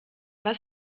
was